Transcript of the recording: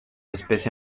especie